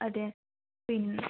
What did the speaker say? അതെ പിന്നെ